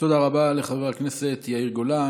תודה רבה לחבר הכנסת יאיר גולן.